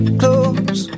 close